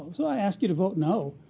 so i ask you to vote no.